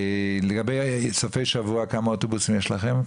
לגבי סופי השבוע, כמה אוטובוסים יש לכם?